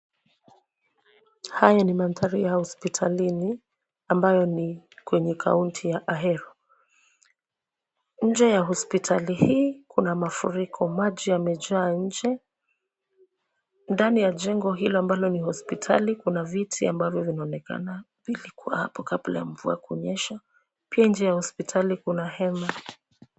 Haya ni manthari ya hospitalini ambayo ni kwenye kauti ya Ahero, nje ya hospitali hii kuna mafuriko maji yamejaa nje ,ndani ya jengo hilo ambalo ni hospitali kuna viti ambavyo vinaonekana vilikuwa apo kabla mvua kunyesha ,pia nje ya hospitali kuna hema.